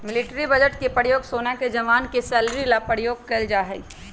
military budget के प्रयोग सेना के जवान के सैलरी ला प्रयोग कइल जाहई